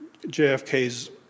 JFK's